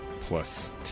plus